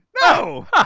no